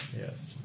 Yes